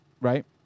Right